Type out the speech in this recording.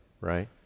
right